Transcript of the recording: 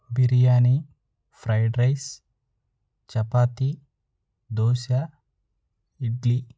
biryani fried rice chapati dosa idli